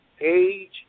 age